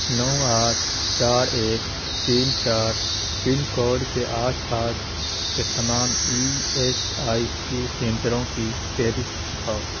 نو آٹھ چار ایک تین چار پنکوڈ کے آس پاس کے تمام ای ایس آئی سی سنٹروں کی فہرست دکھاؤ